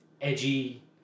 edgy